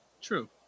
True